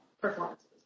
performances